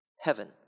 heaven